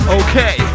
okay